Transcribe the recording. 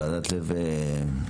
ועדת לב המליצה.